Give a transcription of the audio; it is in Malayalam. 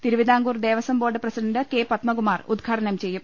Thiruvithamkoor Devaswom board president K Padmakumar ഉദ്ഘാടനം ചെയ്യും